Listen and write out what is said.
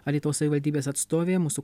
alytaus savivaldybės atstovė mūsų